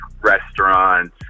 restaurants